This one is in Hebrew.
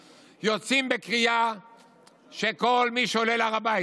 יוצאים בקריאה שכל מי שעולה להר הבית,